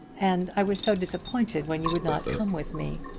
and i was so disappointed when you would not come with me.